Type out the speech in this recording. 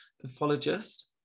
pathologist